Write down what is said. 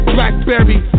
Blackberry